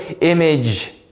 image